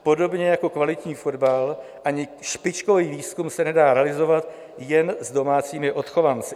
Podobně jako kvalitní fotbal ani špičkový výzkum se nedá realizovat jen s domácími odchovanci.